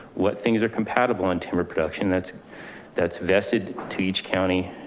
what things are compatible on timber production. that's that's vested to each county.